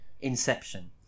Inception